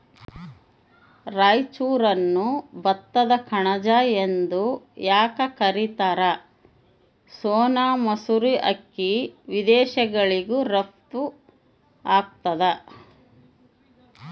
ರಾಯಚೂರನ್ನು ಭತ್ತದ ಕಣಜ ಎಂದು ಯಾಕ ಕರಿತಾರ? ಸೋನಾ ಮಸೂರಿ ಅಕ್ಕಿ ವಿದೇಶಗಳಿಗೂ ರಫ್ತು ಆಗ್ತದ